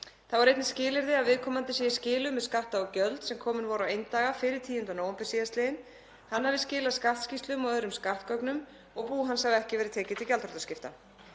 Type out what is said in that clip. Þá er einnig skilyrði að viðkomandi sé í skilum með skatta og gjöld sem komin voru á eindaga fyrir 10. nóvember sl., hann hafi skilað skattskýrslum og öðrum skattgögnum og bú hans hafi ekki verið tekið til gjaldþrotaskipta.